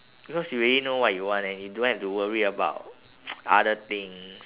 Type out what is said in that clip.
because you already know what you want and you don't have to worry about other things